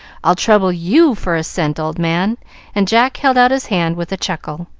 i'll trouble you for a cent, old man and jack held out his hand, with a chuckle.